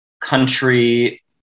country